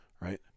Right